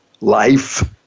life